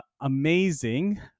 Amazing